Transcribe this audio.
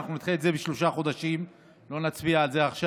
ואנחנו נדחה את זה בשלושה חודשים ולא נצביע על זה עכשיו.